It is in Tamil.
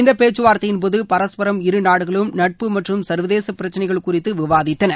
இந்த பேச்சுவார்த்தையின்போது பரஸ்பரம் இரு நாடுகளும் நட்புறவு மற்றும் சர்வதேச பிரச்சனைகள் குறித்து விவாதிக்கப்பட்டது